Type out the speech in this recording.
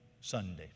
Sunday